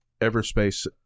Everspace